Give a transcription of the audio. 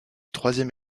troisième